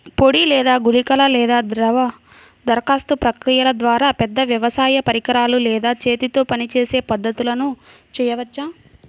పొడి లేదా గుళికల లేదా ద్రవ దరఖాస్తు ప్రక్రియల ద్వారా, పెద్ద వ్యవసాయ పరికరాలు లేదా చేతితో పనిచేసే పద్ధతులను చేయవచ్చా?